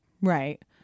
Right